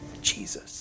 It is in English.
Jesus